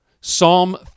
Psalm